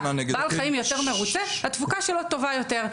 בעל חיים יותר מרוצה התפוקה שלו טובה יותר,